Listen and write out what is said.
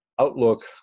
outlook